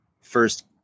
first